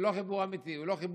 הוא לא חיבור שמלכתחילה.